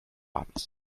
abends